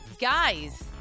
Guys